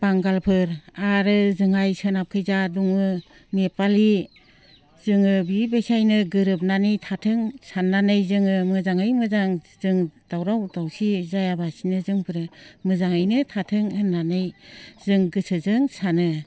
बांगालफोर आरो जोंहा सोनाबखैजा दङ नेफालि जोङो बिबायदिनो गोरोबनानै थाथों साननानै जोङो मोजाङै मोजां जों दावराव दावसि जायालासिनो जोंफोरो मोजाङैनो थाथों होन्नानै जों गोसोजों सानो